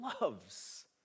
loves